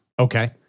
Okay